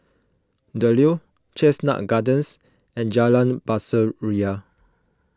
the Leo Chestnut Gardens and Jalan Pasir Ria